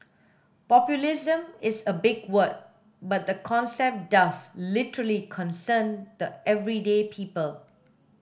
populism is a big word but the concept does literally concern the everyday people